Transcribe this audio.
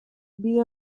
bide